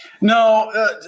No